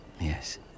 Yes